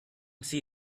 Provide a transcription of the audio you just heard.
see